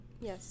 Yes